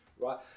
right